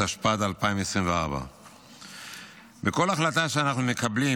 התשפ"ד 2024. בכל החלטה שאנחנו מקבלים,